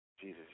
Jesus